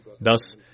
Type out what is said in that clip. Thus